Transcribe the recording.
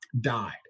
died